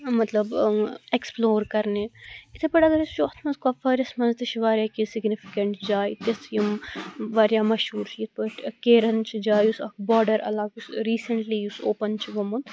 مَطلَب ایٚکٕسپٕلوٗر کَرنہِ یتھَے پٲٹھۍ اَگر أسۍ وُچُھو سٲنِس کُپوٲرِس منٛز تہِ چھِ واریاہ کیٚنٛہہ سِگنِفِکِیٚنٛٹ جایہِ تِژھ یِم واریاہ مشہُور چھِ یَتھ پٲٹھۍ کیرن چھِ جاے یُس اَکھ باڈَر علاقہٕ یُس ریسِنٛٹلِی اوٚپُن چِھ گوٚمُت